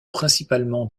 principalement